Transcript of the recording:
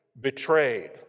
betrayed